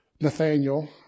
Nathaniel